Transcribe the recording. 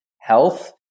health